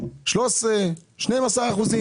12%-13%.